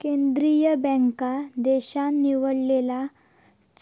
केंद्रीय बँका देशान निवडलेला